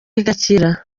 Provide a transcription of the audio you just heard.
igakira